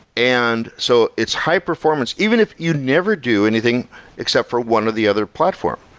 and so it's high performance. even if you never do anything except for one or the other platform.